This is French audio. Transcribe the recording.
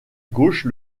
gauche